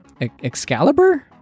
Excalibur